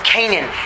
Canaan